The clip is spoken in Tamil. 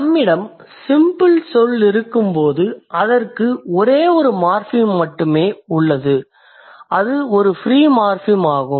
நம்மிடம் சிம்பிள் சொல் இருக்கும்போது அதற்கு ஒரே ஒரு மார்ஃபிம் மட்டுமே உள்ளது அது ஒரு ஃப்ரீ மார்ஃபிம் ஆகும்